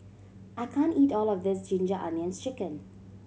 I can't eat all of this Ginger Onions Chicken